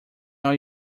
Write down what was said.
are